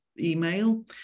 email